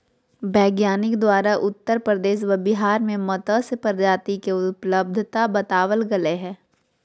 वैज्ञानिक द्वारा उत्तर प्रदेश व बिहार में मत्स्य प्रजाति के उपलब्धता बताबल गले हें